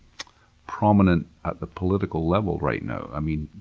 prominent at the political level right now. i mean,